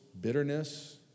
bitterness